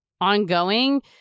ongoing